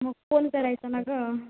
मग फोन करायचा ना गं